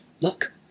Look